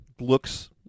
looks